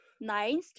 nine